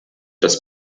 das